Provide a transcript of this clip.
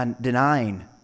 denying